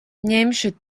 ņemšu